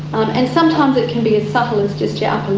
um and sometimes it can be as subtle as just yeah um